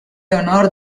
honor